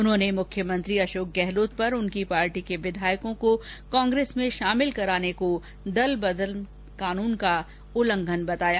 उन्होंने मुख्यमंत्री अशोक गहलोत पर उनकी पार्टी के विधायकों को कांग्रेस में शामिल कराने को दलबदल कानूनी का उल्लंघन बताया